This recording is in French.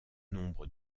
nombre